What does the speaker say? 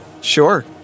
Sure